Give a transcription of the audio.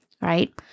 Right